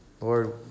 Lord